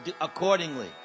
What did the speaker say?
accordingly